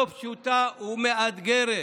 לא פשוטה ומאתגרת,